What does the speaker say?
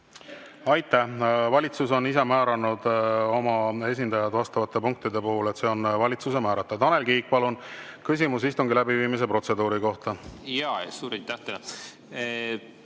Aitäh! Valitsus on ise määranud oma esindajad vastavate punktide puhul. See on valitsuse määrata. Tanel Kiik, palun, küsimus istungi läbiviimise protseduuri kohta! Jaa, suur aitäh